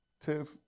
Tiff